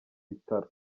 bitaro